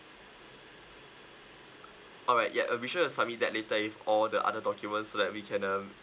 alright yup uh be sure to submit that later with all the other documents so that we can um